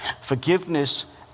Forgiveness